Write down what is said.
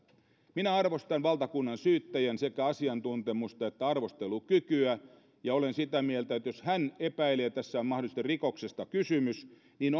minä arvostan valtakunnansyyttäjän sekä asiantuntemusta että arvostelukykyä ja olen sitä mieltä että jos hän epäilee että tässä on mahdollisesti rikoksesta kysymys niin